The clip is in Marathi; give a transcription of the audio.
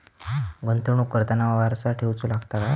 गुंतवणूक करताना वारसा ठेवचो लागता काय?